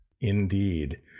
Indeed